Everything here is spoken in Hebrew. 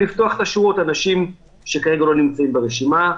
לפתוח את השורות לאנשים שכרגע לא נמצאים ברשימה.